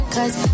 Cause